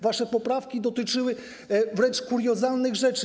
Wasze poprawki dotyczyły wręcz kuriozalnych rzeczy.